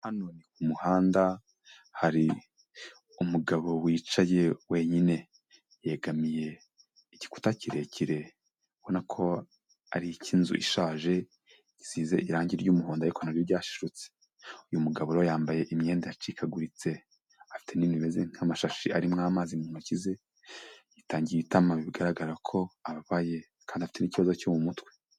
Hano ku muhanda hari umugabo wicaye wenyine, yegamiye igikuta kirekire, ubona ko ari ik'inzu ishaje isize irangi ry'umuhondo ariko naryo ryashishutse, uyu mugabo rero yambaye imyenda yacikaguritse, afite n'ibintu bimeze nk'amashashi arimo amazi mu ntoki ze, yitangiye itama bigaragara ko ababaye kandi afite n'ikibazo cyo mu mutwe.